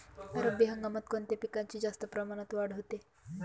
रब्बी हंगामात कोणत्या पिकांची जास्त प्रमाणात वाढ होते?